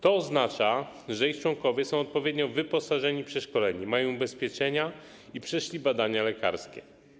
To oznacza, że ich członkowie są odpowiednio wyposażeni, przeszkoleni, mają ubezpieczenia i przeszli badania lekarskie.